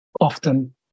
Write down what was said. often